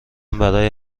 برای